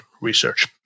research